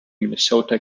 minnesota